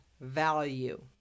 value